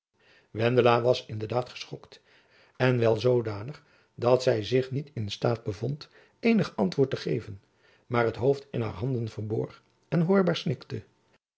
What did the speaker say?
wendela was in de daad geschokt en wel zoodanig dat zy ziek niet in staat bevond eenig antwoord te geven maar het hoofd in haar handen verborg en hoorbaar snikte